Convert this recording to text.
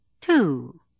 two